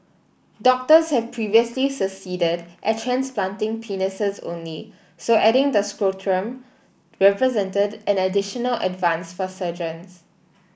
doctors have previously succeeded at transplanting penises only so adding the scrotum represented an additional advance for surgeons